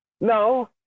no